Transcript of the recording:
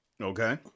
Okay